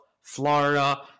Florida